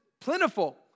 plentiful